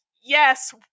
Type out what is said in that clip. yes